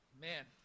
man